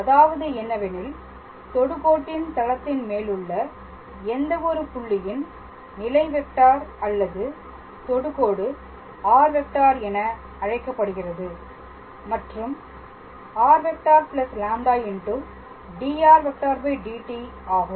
அதாவது என்னவெனில் தொடுகோட்டின் தளத்தின் மேல் உள்ள எந்த ஒரு புள்ளியின் நிலை வெக்டார் அல்லது தொடுகோடு R⃗ என அழைக்கப்படுகிறது மற்றும் r λ dr⃗ dt ஆகும்